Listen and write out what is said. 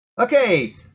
Okay